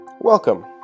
Welcome